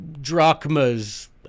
drachmas